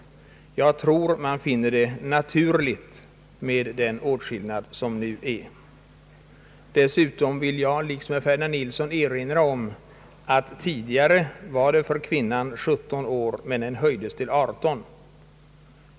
Jag tror att man finner det naturligt med den åtskillnad som nu finns. I likhet med herr Ferdinand Nilsson vill jag erinra om att äktenskapsåldern för kvinnan tidigare var 17 år. Den höjdes sedan till 18 år.